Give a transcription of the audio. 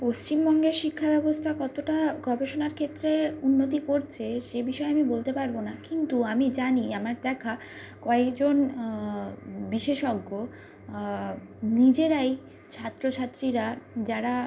পশ্চিমবঙ্গের শিক্ষাব্যবস্তা কতটা গবেষণার ক্ষেত্রে উন্নতি করছে সে বিষয়ে আমি বলতে পারবো না কিন্তু আমি জানি আমার দেখা কয়েকজন বিশেষজ্ঞ নিজেরাই ছাত্র ছাত্রীরা যারা